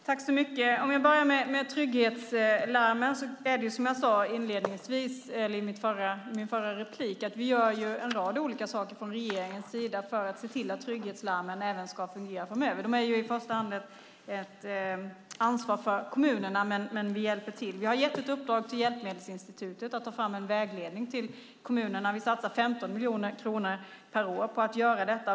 Herr talman! Jag börjar med trygghetslarmen. Som jag sade i mitt förra inlägg gör vi i regeringen en rad olika saker för att se till att trygghetslarmen även framöver ska fungera. I första hand är de ett ansvar för kommunerna, men vi hjälper till. Vi har gett Hjälpmedelsinstitutet i uppdrag att ta fram en vägledning till kommunerna och satsar 15 miljoner kronor per år på detta.